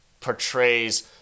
portrays